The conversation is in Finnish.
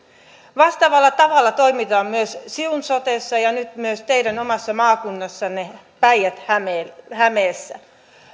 vastaavalla tavalla toimitaan myös siun sotessa ja nyt myös teidän omassa maakunnassanne päijät hämeessä